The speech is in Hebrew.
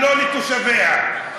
לא לתושביה.